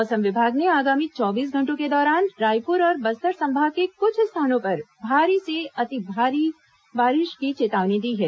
मौसम विभाग ने आगामी चौबीस घंटों के दौरान रायपुर और बस्तर संभाग के कुछ स्थानों पर भारी से अति भारी बारिश की चेतावनी दी है